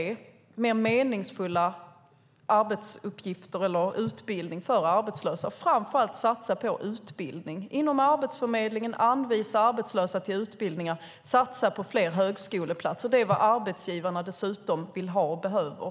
I stället borde man erbjuda meningsfulla arbetsuppgifter eller utbildning för arbetslösa, framför allt satsa på utbildning, inom Arbetsförmedlingen anvisa arbetslösa till utbildningar och satsa på fler högskoleplatser. Det är dessutom vad arbetsgivarna vill ha och behöver.